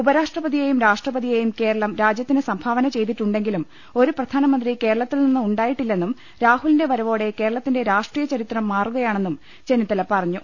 ഉപരാഷ്ട്രപതിയെയും രാഷ്ട്രപതിയെയും കേരളം രാജ്യത്തിന് സംഭാവന ചെയ്തിട്ടുണ്ടെങ്കിലും ഒരു പ്രധാനമന്ത്രി കേരളത്തിൽനിന്ന് ഉണ്ടായിട്ടില്ലെന്നും രാഹുലിന്റെ വരവോടെ കേരളത്തിന്റെ രാഷ്ട്രീയ ചരിത്രം മാറുകയാണെന്നും ചെന്നിത്തല പറഞ്ഞു